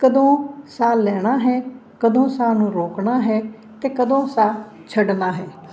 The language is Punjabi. ਕਦੋਂ ਸਾਹ ਲੈਣਾ ਹੈ ਕਦੋਂ ਸਾਹ ਨੂੰ ਰੋਕਣਾ ਹੈ ਅਤੇ ਕਦੋਂ ਸਾਹ ਛੱਡਣਾ ਹੈ